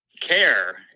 care